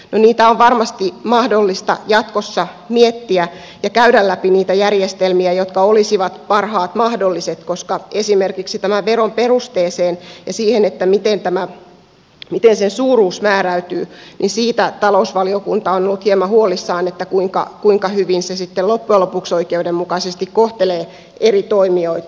niitä on varmasti mahdollista jatkossa miettiä ja käydä läpi niitä järjestelmiä jotka olisivat parhaat mahdolliset koska esimerkiksi tämän veron perusteesta ja siitä miten sen suuruus määräytyy talousvaliokunta on ollut hieman huolissaan kuinka hyvin se sitten loppujen lopuksi oikeudenmukaisesti kohtelee eri toimijoita